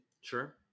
Sure